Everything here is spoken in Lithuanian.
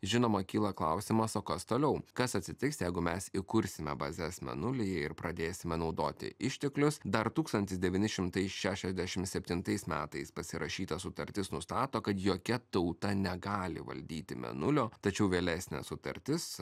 žinoma kyla klausimas o kas toliau kas atsitiks jeigu mes įkursime bazes mėnulyje ir pradėsime naudoti išteklius dar tūkstantis devyni šimtai šešiasdešim septintais metais pasirašyta sutartis nustato kad jokia tauta negali valdyti mėnulio tačiau vėlesnė sutartis